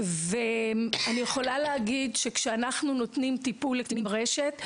אני יכולה להגיד שכשאנחנו נותנים טיפול לקטינים ברשת,